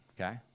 okay